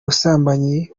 busambanyi